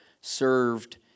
served